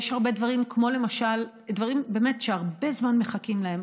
יש הרבה דברים שהרבה זמן מחכים להם,